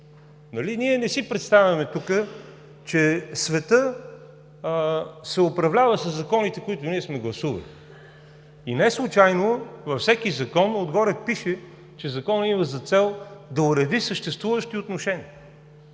ние не си представяме тук, че светът се управлява със законите, които не сме гласували? И неслучайно във всеки закон отгоре пише, че Законът има за цел да уреди съществуващи отношения.